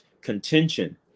contention